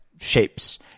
Shapes